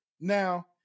Now